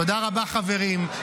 תודה רבה, חברים.